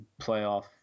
playoff